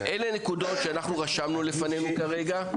אלו נקודות שאנחנו רשמנו לפנינו כרגע.